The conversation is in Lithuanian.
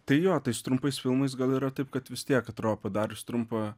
tai jo tai su trumpais filmais gal yra taip kad vis tiek atrodo padarius trumpą